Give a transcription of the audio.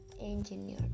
engineer